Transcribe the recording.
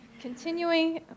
Continuing